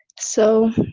so,